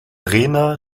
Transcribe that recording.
rena